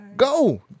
go